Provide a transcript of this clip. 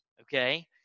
okay